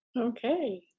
Okay